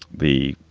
the.